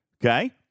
okay